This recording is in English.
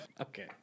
Okay